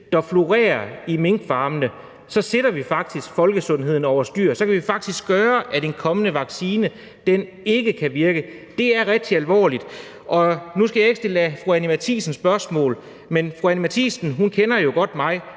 der florerer i minkfarmene, og ikke gør det. Så sætter vi faktisk folkesundheden over styr, og så kan det faktisk gøre, at en kommende vaccine ikke kan virke. Det er rigtig alvorligt, og nu skal jeg ikke stille fru Anni Matthiesen spørgsmål, men fru Anni Matthiesen kender mig jo godt, og